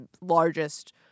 largest